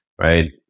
right